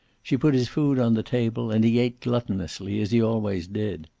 she put his food on the table and he ate gluttonously, as he always did.